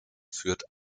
führt